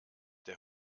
der